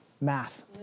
math